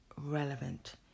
relevant